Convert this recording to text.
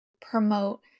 promote